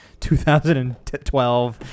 2012